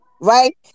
right